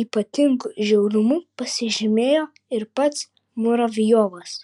ypatingu žiaurumu pasižymėjo ir pats muravjovas